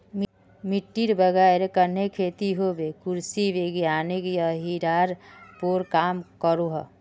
मिटटीर बगैर कन्हे खेती होबे कृषि वैज्ञानिक यहिरार पोर काम करोह